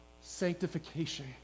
sanctification